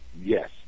yes